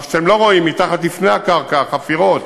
מה שאתם לא רואים, מתחת לפני הקרקע, החפירות